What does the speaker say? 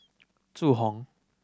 Zhu Hong